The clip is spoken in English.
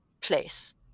place